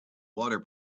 water